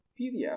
PDF